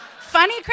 Funny